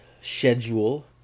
schedule